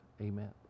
Amen